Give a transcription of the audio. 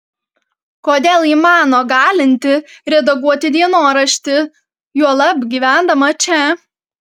kodėl ji mano galinti redaguoti dienoraštį juolab gyvendama čia